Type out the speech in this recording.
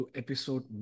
episode